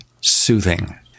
soothing